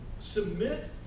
Submit